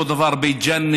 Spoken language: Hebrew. אותו דבר בית ג'ן,